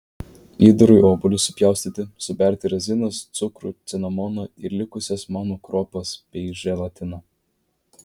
įdarui obuolius supjaustyti suberti razinas cukrų cinamoną ir likusias manų kruopas bei želatiną